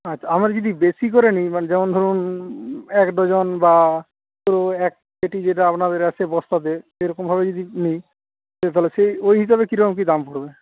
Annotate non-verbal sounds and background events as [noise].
আচ্ছা আমরা যদি বেশি করে নিই মানে যেমন ধরুন এক ডজন বা [unintelligible] এক পেটি যেটা আপনাদের আছে বস্তাতে সেরকমভাবে যদি নিই তাহলে সেই ওই হিসাবে কীরকম কী দাম পড়বে